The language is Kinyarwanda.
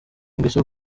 ingeso